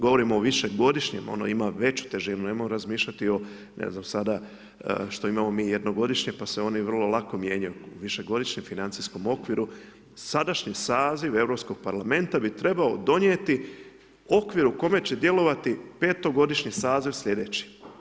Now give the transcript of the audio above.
Govorimo o višegodišnjem, ono ima veću težinu, nemojmo razmišljati o ne znam, sada što imamo mi jednogodišnje, pa se oni vrlo lako mijenjaju, višegodišnjem financijskom okviru, sadašnji saziv Europskog parlamenta bi trebao donijeti, okvir u kojem će djelovati petogodišnji saziv sljedeći.